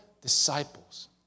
disciples